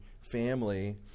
family